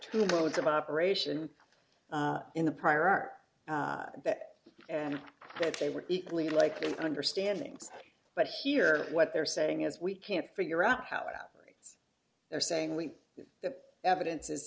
two modes of operation in the prior art and that they were equally likely understanding but here what they're saying is we can't figure out how it operates they're saying when the evidence is